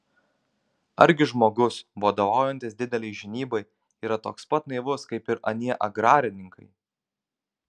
argi žmogus vadovaujantis didelei žinybai yra toks pat naivus kaip ir anie agrarininkai